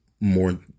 more